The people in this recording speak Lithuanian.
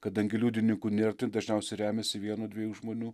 kadangi liudininkų nėr tai dažniausiai remiasi vieno dviejų žmonių